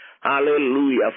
Hallelujah